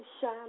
shine